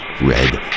red